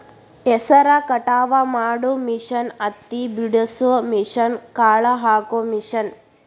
ಹೆಸರ ಕಟಾವ ಮಾಡು ಮಿಷನ್ ಹತ್ತಿ ಬಿಡಸು ಮಿಷನ್, ಕಾಳ ಹಾಕು ಮಿಷನ್